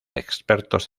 expertos